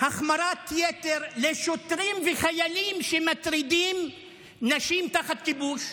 החמרת יתר לשוטרים וחיילים שמטרידים נשים תחת כיבוש?